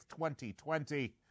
2020